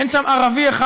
אין שם ערבי אחד,